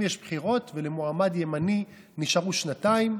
אם יש בחירות ולמועמד ימני נשארו שנתיים,